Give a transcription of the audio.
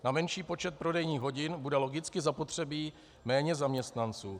Na menší počet prodejních hodin bude logicky zapotřebí méně zaměstnanců.